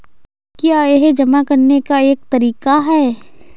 क्या यह जमा करने का एक तरीका है?